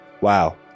wow